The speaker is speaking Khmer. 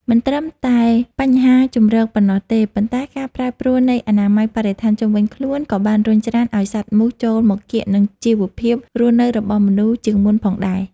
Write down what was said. មិនត្រឹមតែបញ្ហាជម្រកប៉ុណ្ណោះទេ ប៉ុន្តែការប្រែប្រួលនៃអនាម័យបរិស្ថានជុំវិញខ្លួន ក៏បានរុញច្រានឱ្យសត្វមូសចូលមកកៀកនឹងជីវភាពរស់នៅរបស់មនុស្សជាងមុនផងដែរ។